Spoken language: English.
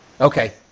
Okay